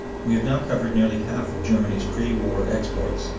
we have now covered nearly half of germany's pre-war exports,